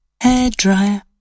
hairdryer